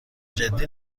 جدی